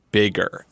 bigger